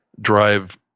drive